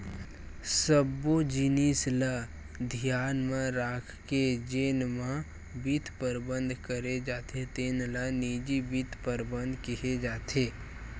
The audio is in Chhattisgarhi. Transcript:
सब्बो जिनिस ल धियान म राखके जेन म बित्त परबंध करे जाथे तेन ल निजी बित्त परबंध केहे जाथे